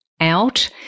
out